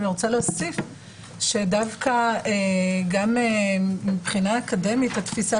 ואני רוצה להוסיף שדווקא גם מבחינה אקדמית התפישה